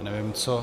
Nevím co...